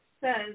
says